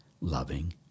loving